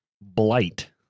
blight